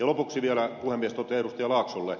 lopuksi vielä puhemies totean ed